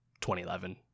2011